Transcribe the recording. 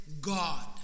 God